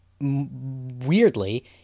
weirdly